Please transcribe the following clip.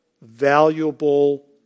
valuable